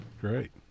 Great